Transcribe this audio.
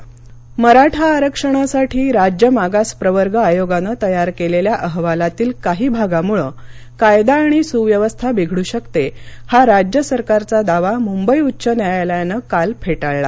मराठा आरक्षण मराठा आरक्षणासाठी राज्य मागास प्रवर्ग आयोगानं तयार केलेल्या अहवालातील काही भागामुळे कायदा आणि सुव्यवस्था बिघडू शकते हा राज्य सरकारचा दावा मुंबई उच्च न्यायालयाने काल फेटाळला